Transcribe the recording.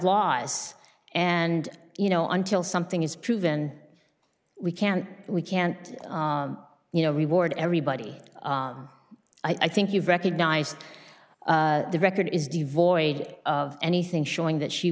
laws and you know until something is proven we can't we can't you know reward everybody i think you've recognized the record is devoid of anything showing that she